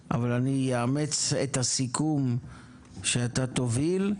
15:00 אבל אני אאמץ את הסיכום שאתה תוביל,